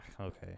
okay